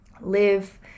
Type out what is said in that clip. live